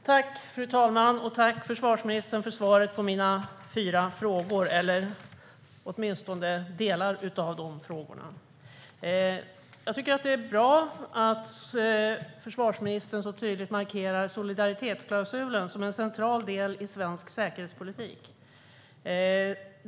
Fru talman! Tack, försvarsministern, för svaret på mina fyra frågor eller åtminstone delar av dessa frågor! Jag tycker att det är bra att försvarsministern så tydligt markerar solidaritetsklausulen som en central del i svensk säkerhetspolitik.